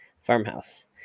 farmhouse